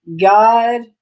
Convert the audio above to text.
God